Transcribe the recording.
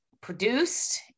produced